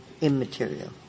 immaterial